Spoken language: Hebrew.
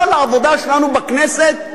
כל העבודה שלנו בכנסת,